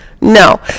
No